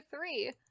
three